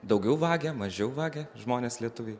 daugiau vagia mažiau vagia žmonės lietuviai